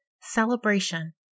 celebration